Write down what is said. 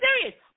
serious